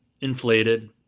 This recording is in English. inflated